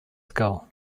school